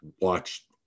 watch